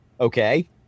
Okay